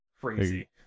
Crazy